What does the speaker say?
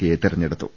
K യെ തെര ഞ്ഞെടുത്തു